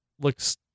looks